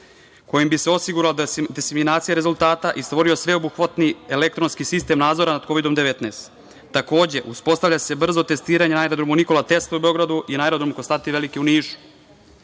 kojim bi se osigurala desiminacija rezultata i stvorio sveobuhvatni elektronski sistem nadzora nad Kovidom 19. Takođe, uspostavlja se brzo testiranje na aerodromu Nikola Tesla u Beogradu i na aerodromu Konstantin Veliki u Nišu. Ovim